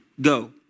go